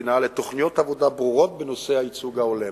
המדינה לתוכניות עבודה ברורות בנושא הייצוג ההולם.